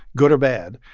good or bad,